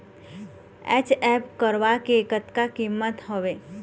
HF गरवा के कतका कीमत हवए?